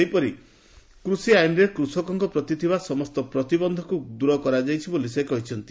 ସେହିପରି କୃଷି ଆଇନ୍ରେ କୃଷକଙ୍ ପ୍ରତି ଥିବା ସମସ୍ତ ପ୍ରତିବନ୍ଧକକୁ ଦୂର କରାଯାଇ ପାରିଛି ବୋଲି ସେ କହିଛନ୍ତି